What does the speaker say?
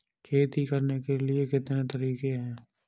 खेती करने के कितने तरीके हैं?